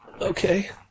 Okay